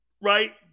right